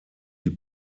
die